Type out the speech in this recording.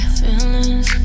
feelings